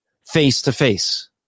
face-to-face